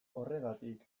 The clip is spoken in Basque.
horregatik